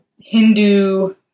Hindu